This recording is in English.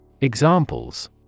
Examples